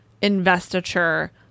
investiture